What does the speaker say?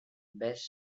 best